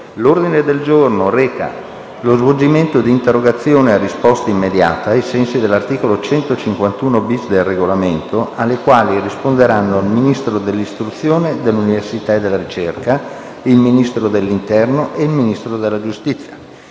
L'ordine del giorno reca lo svolgimento di interrogazioni a risposta immediata (cosiddetto *question time*), ai sensi dell'articolo 151-*bis* del Regolamento, alle quali risponderanno il Ministro dell'istruzione, dell'università e della ricerca, il Ministro dell'interno e il Ministro della giustizia.